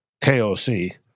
KOC